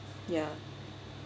ya